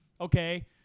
okay